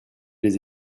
les